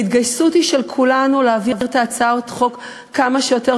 ההתגייסות להעברת הצעות החוק כמה שיותר